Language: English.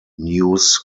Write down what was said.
news